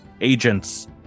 agents